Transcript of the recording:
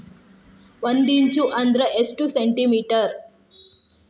ಒಂದಿಂಚು ಅಂದ್ರ ಎಷ್ಟು ಸೆಂಟಿಮೇಟರ್?